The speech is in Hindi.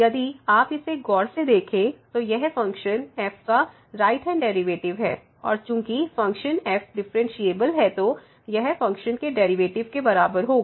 यदि आप इसे गौर से देखें तो यह फ़ंक्शन f का राइट हैंड डेरिवेटिव है और चूंकि फ़ंक्शन f डिफ़्फ़रेनशियेबल है तो यह फ़ंक्शन के डेरिवेटिव के बराबर होगा